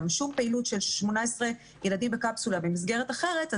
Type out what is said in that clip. שום פעילות של 18 ילדים בקפסולה במסגרת אחרת,